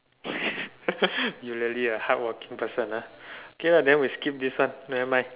you really a hardworking person lah okay ah then we skip this one never mind